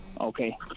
okay